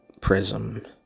prism